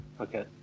Okay